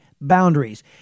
boundaries